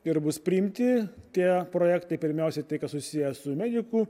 ir bus priimti tie projektai pirmiausia tai kas susiję su medikų